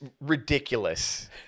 ridiculous